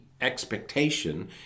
expectation